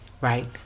Right